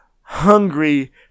hungry